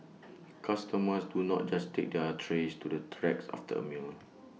customers do not just take their trays to the racks after A meal